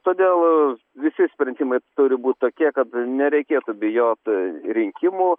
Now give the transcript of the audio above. todėl visi sprendimai turi būt tokie kad nereikėtų bijot rinkimų